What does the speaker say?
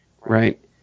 Right